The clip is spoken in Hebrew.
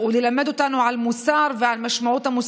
הוא חתם איתם על הסכמים שמדברים על כך